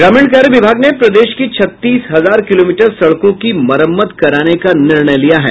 ग्रामीण कार्य विभाग ने प्रदेश की छत्तीस हजार किलोमीटर सड़कों की मरम्मत कराने का निर्णय लिया है